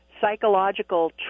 psychological